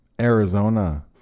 arizona